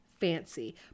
fancy